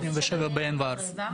כן.